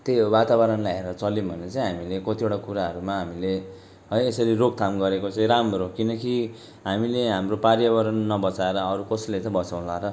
त्यही हो वातावरणलाई हेरेर चल्यौँ भने चाहिँ हामीले कतिवटा कुराहरूमा हामीले है यसरी रोकथाम गरेको चाहिँ राम्रो हो किनकि हामीले हाम्रो पर्यावरण नबचाएर अरू कसले चाहिँ बचाउला र